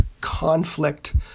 conflict